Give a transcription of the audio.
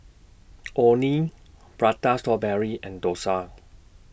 Orh Nee Prata Strawberry and Dosa